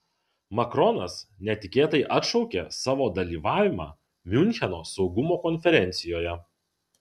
makronas netikėtai atšaukė savo dalyvavimą miuncheno saugumo konferencijoje